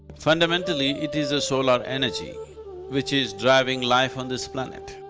fundamentally it is a solar energy which is driving life on this planet.